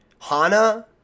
Hana